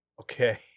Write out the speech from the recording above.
Okay